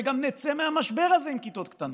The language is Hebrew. ושגם נצא מהמשבר הזה עם כיתות קטנות.